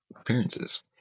appearances